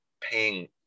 paying